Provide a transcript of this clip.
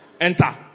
Enter